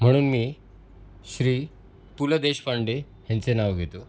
म्हणून मी श्री पु ल देशपांडे यांचे नाव घेतो